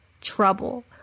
trouble